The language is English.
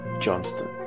Johnston